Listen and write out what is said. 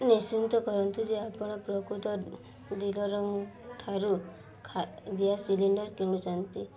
ନିଶ୍ଚିନ୍ତ କରନ୍ତୁ ଯେ ଆପଣ ପ୍ରକୃତ ଡିଲରଙ୍କଠାରୁ ଗ୍ୟାସ୍ ସିଲିଣ୍ଡର କିଣୁଛନ୍ତି